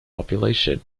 population